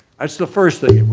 that's the first thing